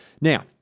Now